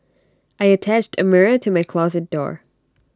I attached A mirror to my closet door